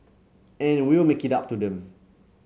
and we'll make it up to them